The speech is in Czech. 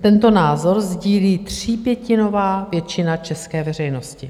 Tento názor sdílí třípětinová většina české veřejnosti.